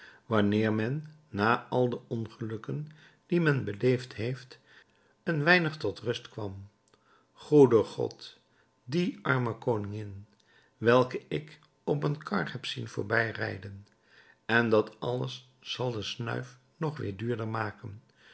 wanneer men na al de ongelukken die men beleefd heeft een weinig tot rust kwam goede god die arme koningin welke ik op een kar heb zien voorbijrijden en dat alles zal de snuif nog weer duurder maken